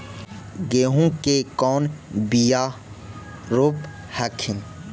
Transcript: गेहूं के कौन बियाह रोप हखिन?